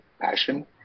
passion